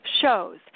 shows